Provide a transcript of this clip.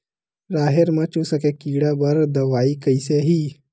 राहेर म चुस्क के कीड़ा बर का दवाई कइसे ही?